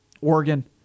Oregon